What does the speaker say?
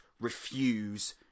refuse